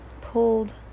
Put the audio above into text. pulled